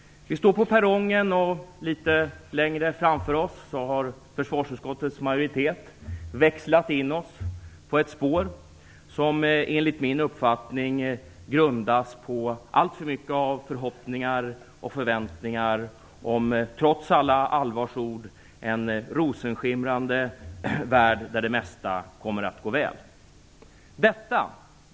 Vi står på perrongen, och litet längre framför oss har försvarsutskottets majoritet växlat in oss på ett spår som enligt min uppfattning grundas på alltför mycket av förhoppningar och förväntningar om, trots alla allvarsord, en rosenskimrande värld där det mesta kommer att gå väl.